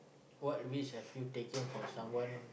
what risk have you taken for someone